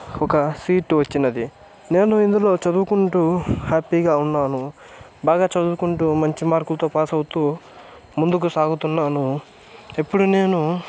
ఒక సీటు వచ్చినది నేను ఇందులో చదువుకుంటూ హ్యాపీగా ఉన్నాను బాగా చదువుకుంటూ మంచి మార్కులతో పాస్ అవుతూ ముందుకు సాగుతున్నాను ఇప్పుడు నేను